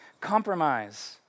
Compromise